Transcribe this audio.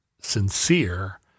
sincere